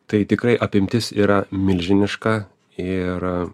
tai tikrai apimtis yra milžiniška ir